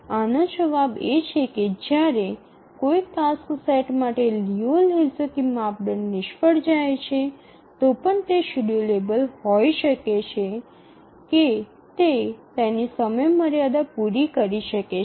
આનો જવાબ એ છે કે જ્યારે કોઈ ટાસ્ક સેટ માટે લિયુ લેહોક્ઝકી માપદંડ નિષ્ફળ જાય છે તો પણ તે શેડ્યૂલેબલ હોઈ શકે છે કે તે તેની સમયમર્યાદા પૂરી કરી શકે છે